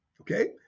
Okay